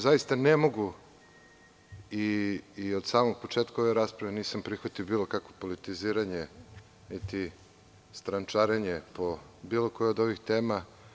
Zaista ne mogu i od samog početka ove rasprave nisam prihvatio bilo kakvo politiziranje niti strančarenje po bilo kojoj od ovih tema.